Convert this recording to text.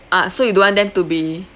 ah so you don't want them to be